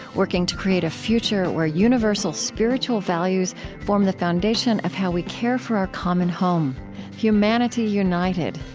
working to create a future where universal spiritual values form the foundation of how we care for our common home humanity united,